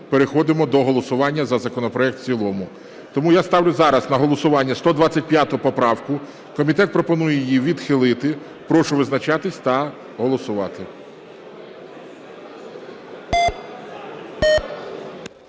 переходимо до голосування за законопроект в цілому. Тому я ставлю зараз на голосування 125 поправку. Комітет пропонує її відхилити. Прошу визначатися та голосувати.